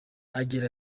agira